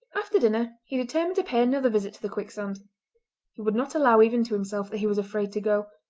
after dinner he determined to pay another visit to the quicksand he would not allow even to himself that he was afraid to go.